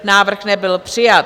Návrh nebyl přijat.